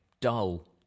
dull